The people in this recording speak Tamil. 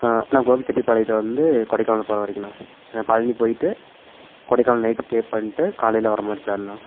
நான் கோபிசெட்டிப்பாளையத்துலேருந்து கொடைக்கானல் போகிறவரைக்குண்ணா பழனி போய்விட்டு கொடைக்கானல் நைட்டு ஸ்டே பண்ணிட்டு காலையில் வர மாதிரி பிளாண்ணா